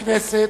הכנסת,